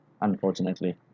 Unfortunately